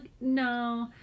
no